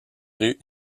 rues